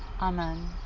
Amen